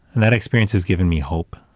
and that experience has given me hope,